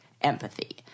empathy